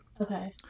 okay